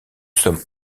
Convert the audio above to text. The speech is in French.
sommes